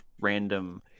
random